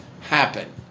happen